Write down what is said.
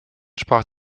sprach